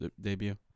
debut